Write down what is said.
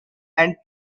and